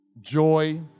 joy